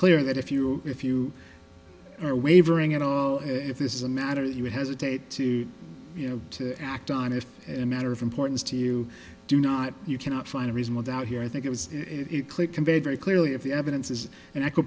clear that if you if you are wavering at all if this is a matter that you would hesitate to you know to act on it and matter of importance to you do not you cannot find a reasonable doubt here i think it was it clear conveyed very clearly if the evidence is an